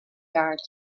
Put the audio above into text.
guard